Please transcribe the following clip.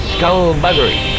Skullbuggery